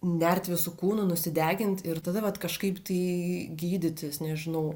nert visu kūnu nusidegint ir tada vat kažkaip tai gydytis nežinau